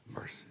mercy